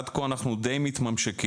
עד כה אנחנו די מתממשקים.